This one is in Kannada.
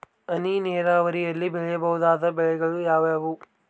ಹನಿ ನೇರಾವರಿಯಲ್ಲಿ ಬೆಳೆಯಬಹುದಾದ ಬೆಳೆಗಳು ಯಾವುವು?